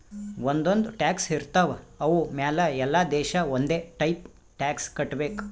ಒಂದ್ ಒಂದ್ ಟ್ಯಾಕ್ಸ್ ಇರ್ತಾವ್ ಅವು ಮ್ಯಾಲ ಎಲ್ಲಾ ದೇಶ ಒಂದೆ ಟೈಪ್ ಟ್ಯಾಕ್ಸ್ ಕಟ್ಟಬೇಕ್